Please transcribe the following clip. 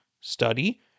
study